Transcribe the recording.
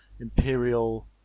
Imperial